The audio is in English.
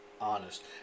honest